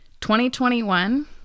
2021